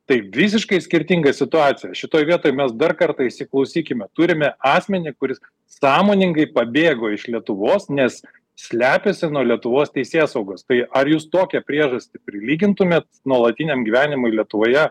tai visiškai skirtinga situacija šitoj vietoj mes dar kartą įsiklausykime turime asmenį kuris sąmoningai pabėgo iš lietuvos nes slepiasi nuo lietuvos teisėsaugos tai ar jūs tokią priežastį prilygintumėt nuolatiniam gyvenimui lietuvoje